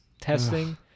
testing